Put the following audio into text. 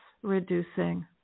reducing